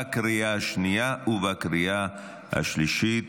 לקריאה השנייה ולקריאה השלישית.